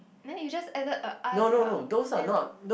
there you just added a ah to your end